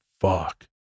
fuck